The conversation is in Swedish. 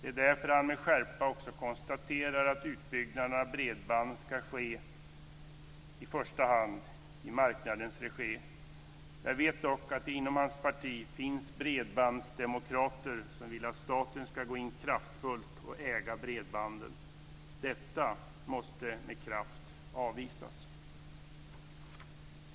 Det är därför han med skärpa också konstaterar att utbyggnaden av bredband i första hand ska ske i marknadens regi. Jag vet dock att det inom hans parti finns bredbandsdemokrater, som vill att staten ska gå in kraftfullt och äga bredbanden. Detta måste med kraft avvisas.